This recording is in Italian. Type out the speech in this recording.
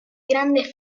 grande